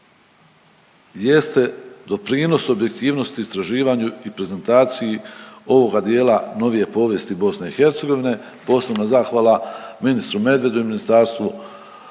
jeste doprinos objektivnosti istraživanju i prezentaciji ovoga dijela novije povijesti BiH. Posebna zahvala ministru Medvedu i Ministarstvu